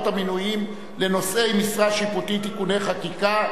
המינויים לנושאי משרה שיפוטית (תיקוני חקיקה),